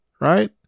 right